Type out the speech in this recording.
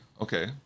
okay